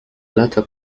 latter